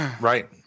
Right